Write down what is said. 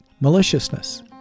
maliciousness